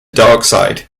darkseid